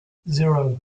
zero